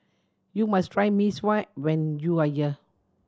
you must try Mee Sua when you are here